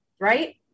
Right